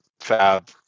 Fab